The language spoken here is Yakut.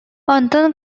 онтон